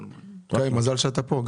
גיא, מזל שאתה פה.